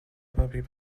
puppy